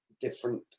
different